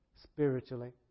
spiritually